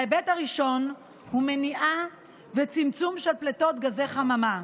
ההיבט הראשון הוא מניעה וצמצום של פליטות גזי חממה.